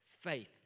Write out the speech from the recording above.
Faith